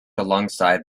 alongside